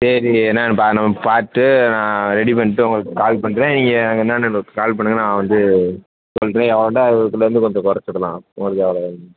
சரி என்னன்னுப் பார் நம்ம பார்த்துட்டு நான் ரெடி பண்ணிவிட்டு உங்களுக்கு கால் பண்ணுறேன் நீங்கள் என்னான்னு எங்களுக்கு கால் பண்ணுங்கள் நான் வந்து சொல்கிறேன் எவ்வளோண்டா வந்து கொஞ்சம் குறச்சிக்கலாம் உங்களுக்கு எவ்வளோ வேணுமோ